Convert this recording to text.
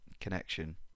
connection